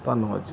ਧੰਨਵਾਦ ਜੀ